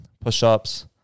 push-ups